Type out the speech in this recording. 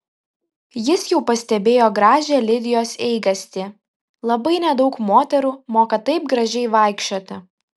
jis jau pastebėjo gražią lidijos eigastį labai nedaug moterų moka taip gražiai vaikščioti